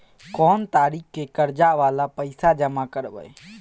कोन तारीख के कर्जा वाला पैसा जमा करबे?